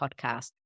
podcast